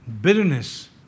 bitterness